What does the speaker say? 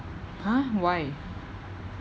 !huh! why